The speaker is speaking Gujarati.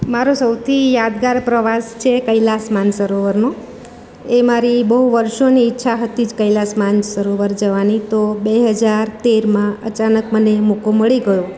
મારો સૌથી યાદગાર પ્રવાસ છે કૈલાસ માનસરોવરનો એ મારી બહુ વર્ષોની ઈચ્છા હતી જ કૈલાસ માનસરોવર જવાની તો બે હજાર તેરમાં અચાનક મને મોકો મળી ગયો